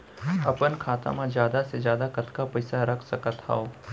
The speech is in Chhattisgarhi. अपन खाता मा जादा से जादा कतका पइसा रख सकत हव?